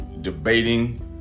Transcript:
debating